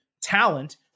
talent